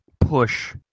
push